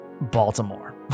Baltimore